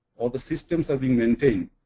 all the systems are being maintained.